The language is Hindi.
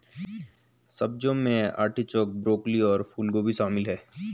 सब्जियों में आर्टिचोक, ब्रोकोली और फूलगोभी शामिल है